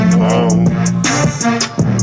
home